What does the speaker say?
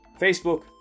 Facebook